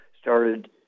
started